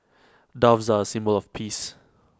doves are A symbol of peace